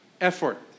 Effort